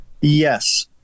Yes